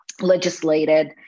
legislated